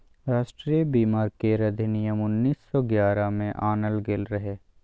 राष्ट्रीय बीमा केर अधिनियम उन्नीस सौ ग्यारह में आनल गेल रहे